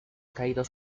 caídos